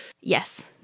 Yes